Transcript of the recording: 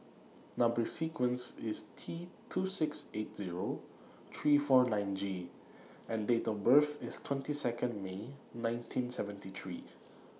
Number sequence IS T two six eight Zero three four nine G and Date of birth IS twenty Second May nineteen seventy three